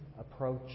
approach